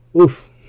Oof